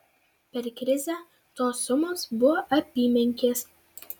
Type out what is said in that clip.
per krizę tos sumos buvo apymenkės